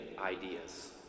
ideas